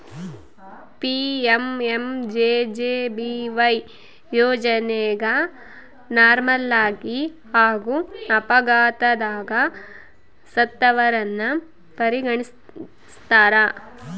PMMJJBY ಯೋಜನೆಗ ನಾರ್ಮಲಾಗಿ ಹಾಗೂ ಅಪಘಾತದಗ ಸತ್ತವರನ್ನ ಪರಿಗಣಿಸ್ತಾರ